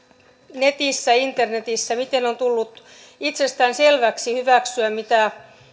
internetissä miten on on tullut itsestäänselväksi hyväksyä mitä